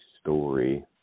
story